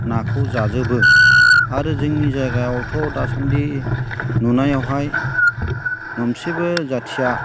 नाखौ जाजोबो आरो जोंनि जायगायाव थ' दासान्दि नुनायावहाय मोनसेबो जाथिया